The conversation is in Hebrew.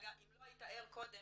גם אם לא היית ער קודם,